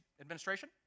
administration